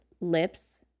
lips